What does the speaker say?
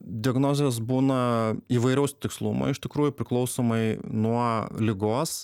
diagnozės būna įvairaus tikslumo iš tikrųjų priklausomai nuo ligos